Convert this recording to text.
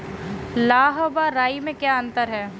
लाह व राई में क्या अंतर है?